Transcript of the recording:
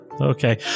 okay